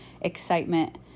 excitement